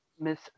Miss